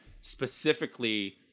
specifically